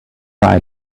eye